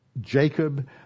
Jacob